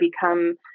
become